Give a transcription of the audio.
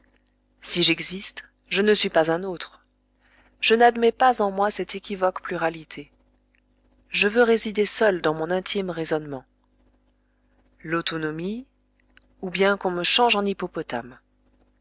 si j'existe je ne suis pas un autre je n'admets pas en moi cette équivoque pluralité je veux résider seul dans mon intime raisonnement l'autonomie ou bien qu'on me change en hippopotame